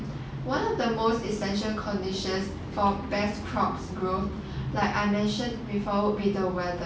one of the most essential conditions for best crops growth like I mentioned before would be the weather